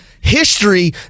history